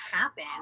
happen